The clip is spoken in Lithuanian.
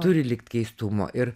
turi likt keistumo ir